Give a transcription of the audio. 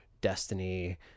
destiny